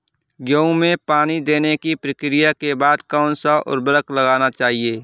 गेहूँ में पानी देने की प्रक्रिया के बाद कौन सा उर्वरक लगाना चाहिए?